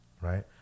right